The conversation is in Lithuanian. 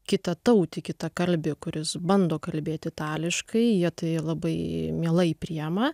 kitatautį kitakalbį kuris bando kalbėti itališkai jie tai labai mielai priėma